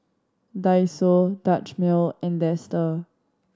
Daiso Dutch Mill and Dester